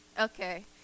Okay